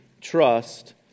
trust